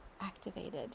activated